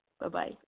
Bye-bye